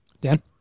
Dan